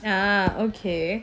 ah okay